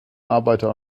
arbeiter